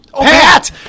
Pat